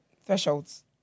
thresholds